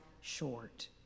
short